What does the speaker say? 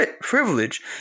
privilege